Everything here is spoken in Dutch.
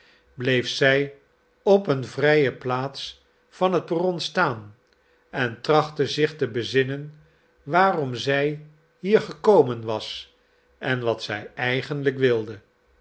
bleef zij op een vrije plaats van het perron staan en trachtte zich te bezinnen waarom zij hier gekomen was en wat zij eigenlijk wilde